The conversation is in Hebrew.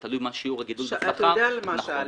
הוא תלוי בגידול השיעור בשכר --- תתייחס למה ששאלתי.